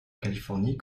californie